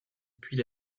puis